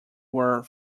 were